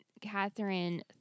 Catherine